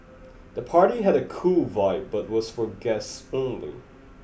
the party had a cool vibe but was for guests only